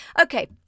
Okay